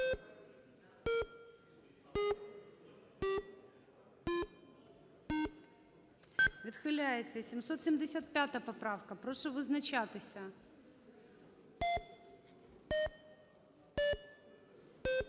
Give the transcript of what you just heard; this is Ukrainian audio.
Відхиляється. 775 поправка. Прошу визначатися.